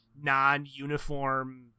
non-uniform